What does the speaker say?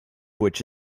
which